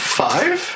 five